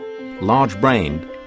large-brained